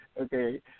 Okay